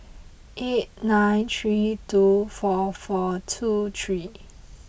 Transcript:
eight nine three two four four two three